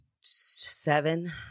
Seven